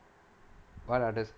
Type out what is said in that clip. what others